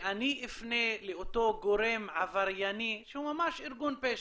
שאני אפנה לאותו גורם עברייני שהוא ממש ארגון פשע?